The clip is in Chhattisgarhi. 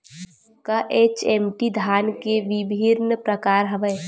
का एच.एम.टी धान के विभिन्र प्रकार हवय?